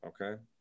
Okay